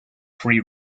free